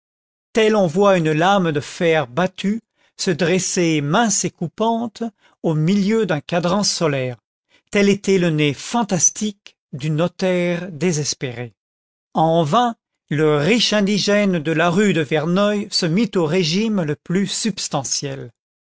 telle on voit une lame de fer battu se dresser mince et coupante au milieu d'un cadran solaire tel était le nez fantastique du notaire désespéré en vain le riche indigène delaruedeyerneuil se mit au régime le plus substantiel